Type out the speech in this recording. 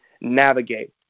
navigate